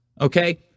okay